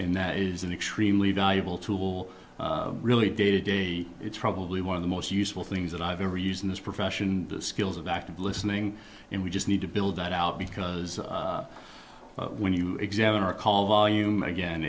and that is an extremely valuable tool really day to day it's probably one of the most useful things that i've ever used in this profession skills of active listening and we just need to build that out because when you examine our call volume again